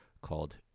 called